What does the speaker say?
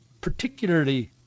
particularly